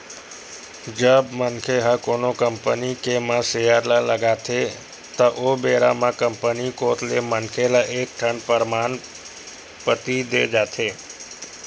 जब मनखे ह कोनो कंपनी के म सेयर ल लगाथे त ओ बेरा म कंपनी कोत ले मनखे ल एक ठन परमान पाती देय जाथे